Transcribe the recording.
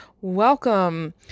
Welcome